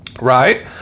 right